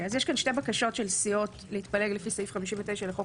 יש כאן שתי בקשות של סיעות להתפלג לפי סעיף 59 לחוק